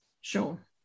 sure